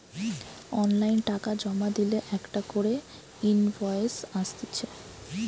online টাকা জমা দিলে একটা করে ইনভয়েস আসতিছে